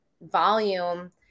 volume